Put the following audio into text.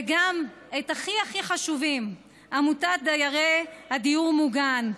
וגם את הכי הכי חשובים: עמותת דיירי הדיור המוגן,